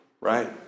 right